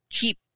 keep